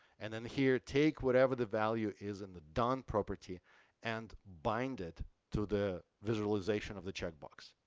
and then here, take whatever the value is in the done property and bind it to the visualization of the checkbox.